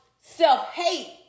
self-hate